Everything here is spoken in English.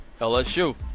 LSU